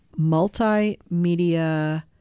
multimedia